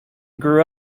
grew